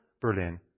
Berlin